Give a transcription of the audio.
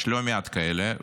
יש לא מעט כאלה,